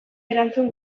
erantzun